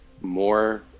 more